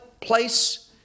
place